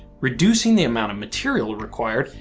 reducing the amount of material required,